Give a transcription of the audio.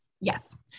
Yes